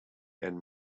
and